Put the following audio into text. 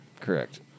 Correct